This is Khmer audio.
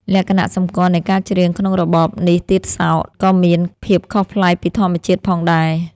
លក្ខណៈសម្គាល់នៃការច្រៀងក្នុងរបបនេះទៀតសោត ក៏មានភាពខុសប្លែកពីធម្មជាតិផងដែរ។